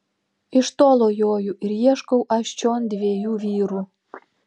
iš tolo joju ir ieškau aš čion dviejų vyrų